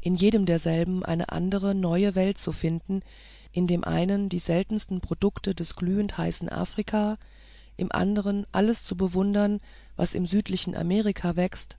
in jedem derselben eine andere neue welt zu finden in dem einen die seltensten produkte des glühend heißen afrika im anderen alles zu bewundern was im südlichen amerika wächst